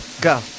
Go